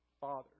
father